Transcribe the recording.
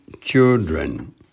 children